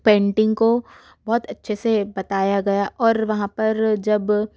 painting को बहुत अच्छे से बताया गया और वहाँ पर जब